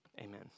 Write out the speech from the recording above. Amen